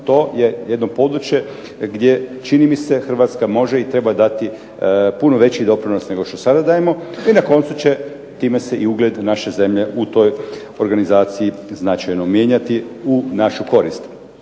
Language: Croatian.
to je jedno područje gdje čini mi se Hrvatska može i treba dati puno veći doprinos nego što sada dajemo, i na koncu će time se ugled naše zemlje u toj organizaciji značajno mijenjati u našu korist.